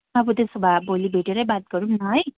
अब त्यसोभए भोलि भेटेरै बात गरौँ न है